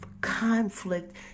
conflict